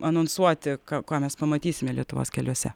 anonsuoti ką ką mes pamatysime lietuvos keliuose